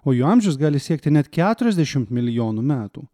o jų amžius gali siekti net keturiasdešimt milijonų metų